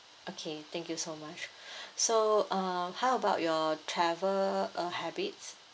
okay thank you so much so uh how about your travel uh habit